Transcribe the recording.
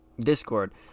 Discord